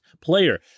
player